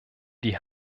die